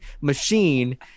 machine